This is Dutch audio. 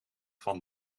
van